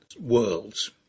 worlds